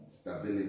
stability